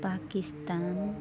Pakistan